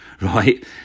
right